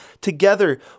together